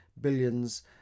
billions